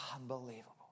unbelievable